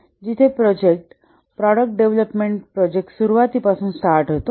जिथे project product development project सुरवातीपासून start होतो